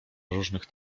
różnych